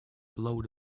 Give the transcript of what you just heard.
blow